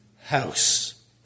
house